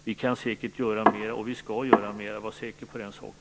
Vi kan säkert göra mer, och vi skall göra mer. Var säker på den saken!